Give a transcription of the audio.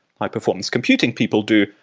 high performance computing people do,